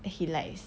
that he likes